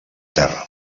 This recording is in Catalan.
terra